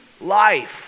life